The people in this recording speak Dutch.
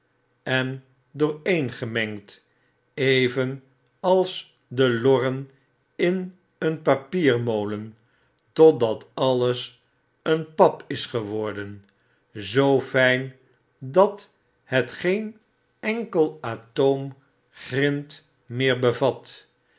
en dooreengemengd evenals de lorren in een papiermolen totdat alles een pap is geworden zoo fijn dat het geen enkele atoom grind meer bevat